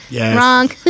wrong